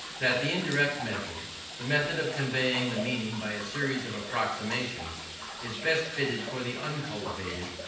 that the indirect method the method of conveying the meaning by a series of approximations is best fitted for the uncultivated,